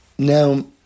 Now